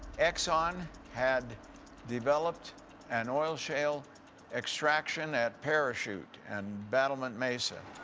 exxon had developed and oil shale extraction at parachute and battlement mesa.